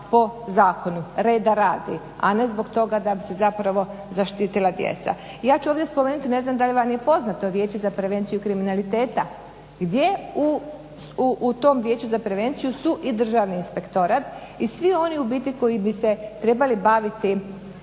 po zakonu, reda radi a ne zbog toga da bi se zapravo zaštitila djeca. Ja ću ovdje spomenuti, ne znam da li vam je poznato Vijeće za prevenciju kriminaliteta, gdje u tom Vijeću za prevenciju su i Državni inspektorat i svi oni u biti koji bi se trebali baviti